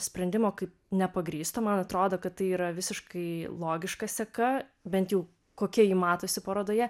sprendimo kaip nepagrįstą man atrodo kad tai yra visiškai logiška seka bent jau kokia ji matosi parodoje